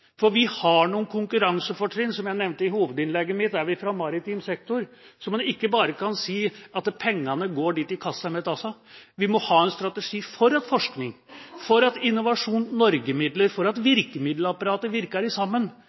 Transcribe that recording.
Vi har noen konkurransefortrinn, som jeg nevnte i hovedinnlegget mitt – også for maritim sektor – så man kan ikke bare si at pengene går dit de kaster mest av seg. Vi må ha en strategi for en forskning, for at Innovasjon Norge-midler, for at virkemiddelapparatet virker sammen